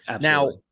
Now